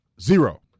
zero